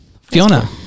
Fiona